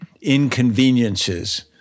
inconveniences